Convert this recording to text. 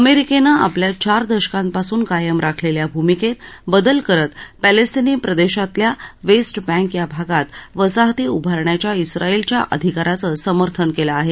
अमेरिकेनं आपल्या चार दशकांपासून कायम राखलेल्या भूमिकेत बदल करत पॅलेस्टिनी प्रदेशातल्या वेस्ट बँक या भागात वसाहती उभारण्याच्या इस्राएलच्या अधिकाराचं समर्थन केलं आहे